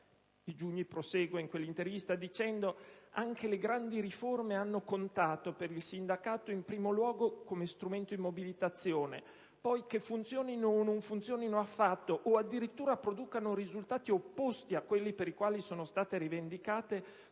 Giugni prosegue in quell'intervista affermando che: «Anche le grandi riforme hanno contato per il sindacato, in primo luogo, come strumento di mobilitazione. Poi, che funzionino o non funzionino affatto, o addirittura producano risultati opposti a quelli per i quali sono state rivendicate,